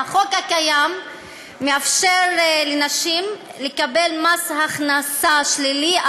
החוק הקיים מאפשר לנשים לקבל מס הכנסה שלילי,